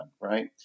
right